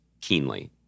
keenly